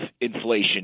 inflation